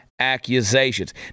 accusations